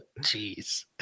jeez